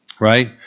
right